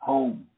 Home